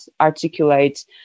articulate